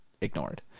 ignored